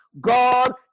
God